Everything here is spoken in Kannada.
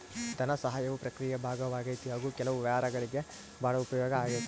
ಧನಸಹಾಯವು ಪ್ರಕ್ರಿಯೆಯ ಭಾಗವಾಗೈತಿ ಹಾಗು ಕೆಲವು ವ್ಯವಹಾರಗುಳ್ಗೆ ಭಾಳ ಉಪಯೋಗ ಆಗೈತೆ